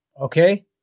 okay